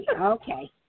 Okay